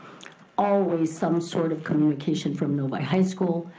always some sort of communication from novi high school,